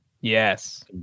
Yes